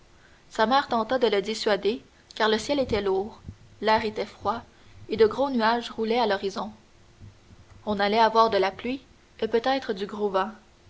sa mère tenta de le dissuader car le ciel était lourd l'air était froid et de gros nuages roulaient à l'horizon on allait avoir de la pluie et peut-être du gros